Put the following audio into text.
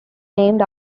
named